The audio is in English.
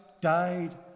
died